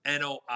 NOI